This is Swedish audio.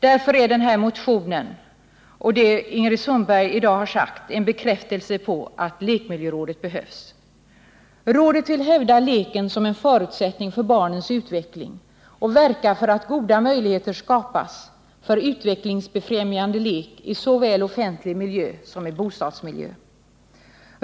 Därför är denna motion och det Ingrid Sundberg i dag sagt en bekräftelse på att lekmiljörådet behövs. Rådet vill hävda leken som en förutsättning för människornas utveckling och verka för att goda möjligheter skapas för utvecklingsbefrämjande lek såväl i offentlig miljö som i bostadsmiljö.